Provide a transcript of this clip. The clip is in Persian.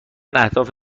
اهداف